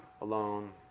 alone